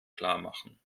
klarmachen